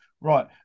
Right